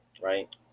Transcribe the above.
right